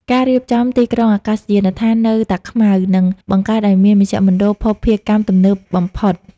ការរៀបចំ "ទីក្រុងអាកាសយានដ្ឋាន" នៅតាខ្មៅ នឹងបង្កើតឱ្យមានមជ្ឈមណ្ឌលភស្តុភារកម្មទំនើបបំផុត។